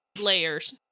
layers